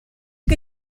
che